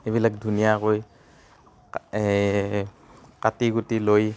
এইবিলাক ধুনীয়াকৈ কাটি কুটি লৈ